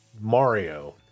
Mario